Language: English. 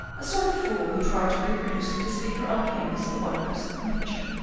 a sort of fool who tried to reproduce and disfigure on canvas the wonders of nature.